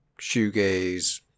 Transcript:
shoegaze